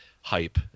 hype